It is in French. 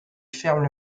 ferme